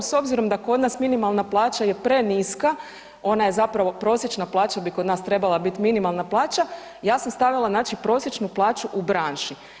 S obzirom da kod nas minimalna plaća je preniska ona je zapravo prosječna plaća bi kod nas trebala biti minimalna plaća, ja sam stavila znači prosječnu plaću u branši.